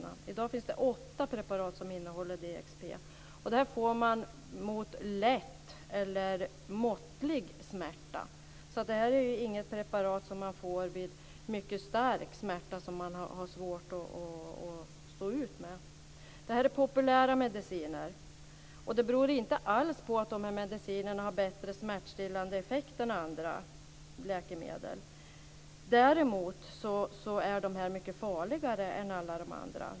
I dag finns det åtta preparat som innehåller DXP. Dessa preparat får man mot lätt eller måttlig smärta. Detta är alltså inget preparat som man får vid mycket stark smärta som man har svårt att stå ut med. Dessa mediciner är populära. Det beror inte på att dessa mediciner har bättre smärtstillande effekt än andra läkemedel. Däremot är de mycket farligare än alla andra.